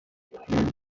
played